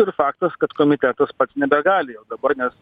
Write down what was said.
ir faktas kad komitetas pats nebegali jau dabar nes